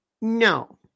No